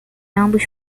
ambos